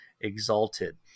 exalted